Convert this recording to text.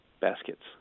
baskets